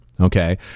okay